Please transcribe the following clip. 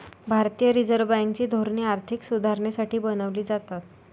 भारतीय Reserve Bank ची धोरणे आर्थिक सुधारणेसाठी बनवली जातात